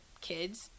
kids